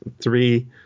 three